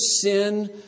sin